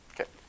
Okay